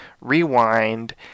rewind